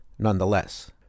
Nonetheless